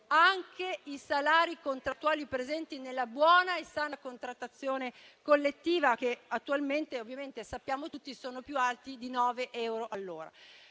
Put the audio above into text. anche i salari contrattuali presenti nella buona e sana contrattazione collettiva, che attualmente, come sappiamo tutti, sono più alti di 9 euro all'ora.